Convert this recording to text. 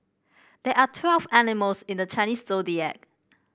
there are twelve animals in the Chinese Zodiac